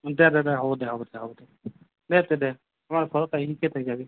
দে দে দে হ'ব দে হ'ব দে হ'ব দে দে তেন্তে আমাৰ ঘৰত আহিকে শিকাই থৈ যাবি